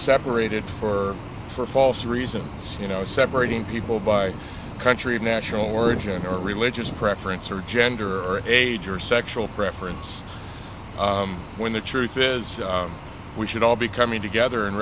separated for for false reasons you know separating people by country of national origin or religious preference or gender or age or sexual preference when the truth is we should all be coming together and